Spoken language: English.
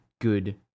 good